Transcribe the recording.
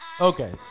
Okay